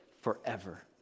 forever